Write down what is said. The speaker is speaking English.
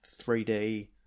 3d